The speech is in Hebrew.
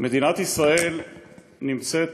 מדינת ישראל נמצאת